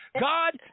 God